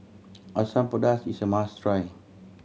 Asam Pedas is a must try